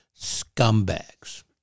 scumbags